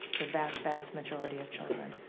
the vast vast majority of children.